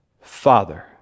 Father